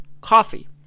coffee